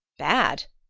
bad?